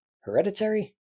Hereditary